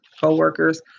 co-workers